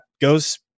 goes